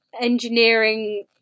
engineering